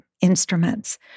instruments